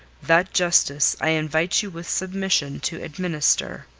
that justice i invite you, with submission, to administer.